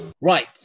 Right